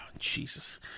Jesus